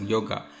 Yoga